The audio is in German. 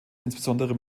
insbesondere